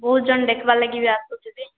ବହୁତ୍ ଜଣ୍ ଦେଖବାର୍ ଲାଗି ବି ଆସୁଥିବେ